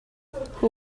who